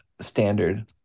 standard